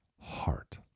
heart